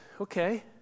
okay